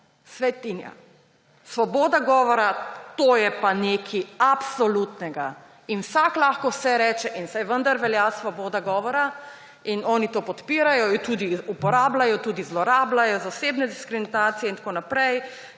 Svetinja. Svoboda govora, to je pa nekaj absolutnega in vsak lahko vse reče, saj vendar velja svoboda govora. In oni to podpirajo, jo tudi uporabljajo, tudi zlorabljajo, zasebne diskreditacije in tako naprej,